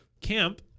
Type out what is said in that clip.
camp